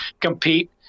compete